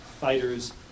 fighters